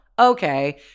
okay